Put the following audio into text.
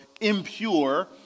impure